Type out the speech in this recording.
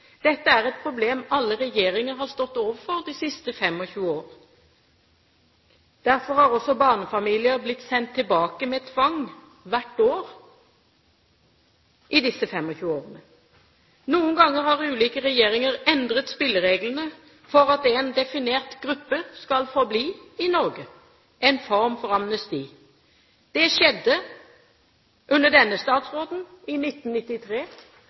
Dette er et problem alle regjeringer har stått overfor de siste 25 årene. Derfor har også barnefamilier blitt sendt tilbake med tvang hvert år i disse 25 årene. Noen ganger har ulike regjeringer endret spillereglene for at en definert gruppe skal få bli i Norge – en form for amnesti. Det skjedde under denne statsråden i 1993,